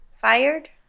Fired